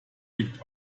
liegt